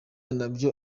nabyo